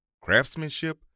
craftsmanship